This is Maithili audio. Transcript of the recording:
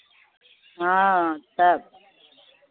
हँ तऽ